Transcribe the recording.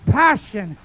passion